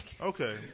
Okay